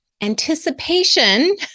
Anticipation